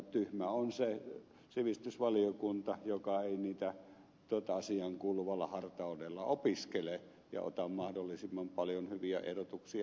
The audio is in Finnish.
tyhmä on se sivistysvaliokunta joka ei niitä asiaankuuluvalla hartaudella opiskele ja ota mahdollisimman paljon hyviä ehdotuksia itselleen